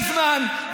הגיע הזמן,